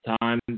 time